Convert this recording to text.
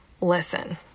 Listen